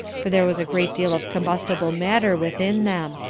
for there was a great deal of combustible matter within them.